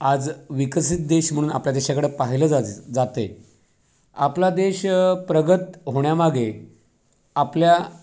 आज विकसित देश म्हणून आपल्या देशाकडे पाहिलं जाजं जात अहे आपला देश प्रगत होण्यामागे आपल्या